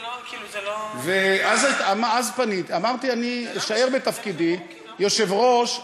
ואז אמרתי: אני אשאר בתפקיד יושב-ראש.